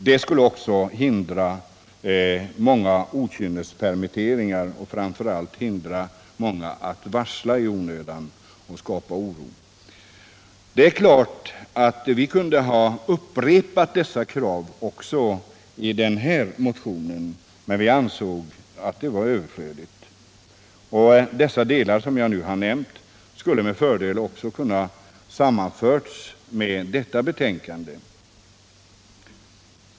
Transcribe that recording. Detta skulle hindra många okynnespermitteringar och framför allt hindra många arbetsköpare att varsla i onödan och därigenom skapa oro. Det är klart att vi kunde ha upprepat dessa krav i den här aktuella motionen, men vi ansåg att det var överflödigt. Dessa delar, som jag nu har nämnt, skulle med fördel också ha kunnat sammanföras med detta betänkande.